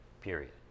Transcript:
Period